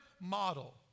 model